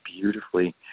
beautifully